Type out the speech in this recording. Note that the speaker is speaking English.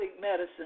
medicine